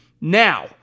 Now